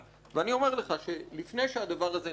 ואני אומר לך שלפני שהדבר הזה נעשה